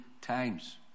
times